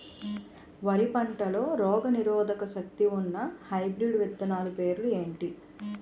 వరి పంటలో రోగనిరోదక శక్తి ఉన్న హైబ్రిడ్ విత్తనాలు పేర్లు ఏంటి?